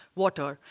water.